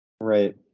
Right